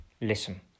listen